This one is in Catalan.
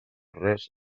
res